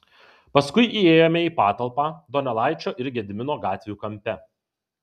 paskui įėjome į patalpą donelaičio ir gedimino gatvių kampe